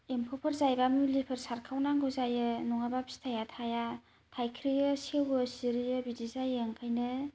एम्फौफोर जायोब मुलिफोर सारखावनांगौ जायो नङाबा फिथाइफ्रा थाइया थाइख्रियो सेवयो सिरियो बिदि जायो ओंखायनो